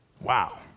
Wow